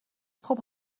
خوب